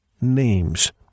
names